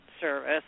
service